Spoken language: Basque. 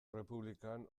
errepublikan